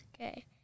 okay